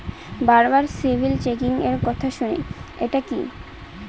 বারবার সিবিল চেকিংএর কথা শুনি এটা কি?